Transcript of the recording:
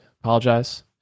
Apologize